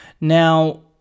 now